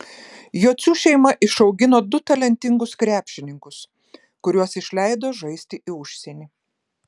jocių šeima išaugino du talentingus krepšininkus kuriuos išleido žaisti į užsienį